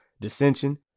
dissension